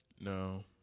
No